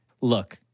look